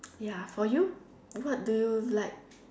ya for you what do you like